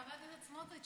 חבר הכנסת סמוטריץ,